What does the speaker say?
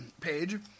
page